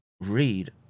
read